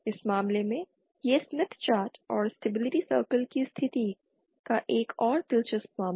इस मामले में यह स्मिथ चार्ट और स्टेबिलिटी सर्कल की स्थिति का एक और दिलचस्प मामला है